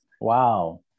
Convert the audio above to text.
Wow